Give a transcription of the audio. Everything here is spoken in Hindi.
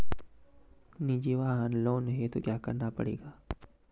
निजी वाहन लोन हेतु क्या करना पड़ेगा?